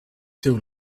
till